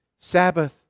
Sabbath